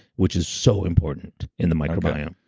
which is so important in the microbiome